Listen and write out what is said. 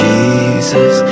Jesus